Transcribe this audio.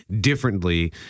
differently